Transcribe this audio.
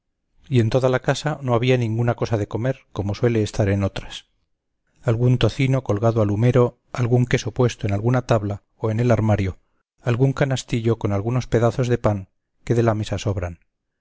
y en toda la casa no había ninguna cosa de comer como suele estar en otras algún tocino colgado al humero algún queso puesto en alguna tabla o en el armario algún canastillo con algunos pedazos de pan que de la mesa sobran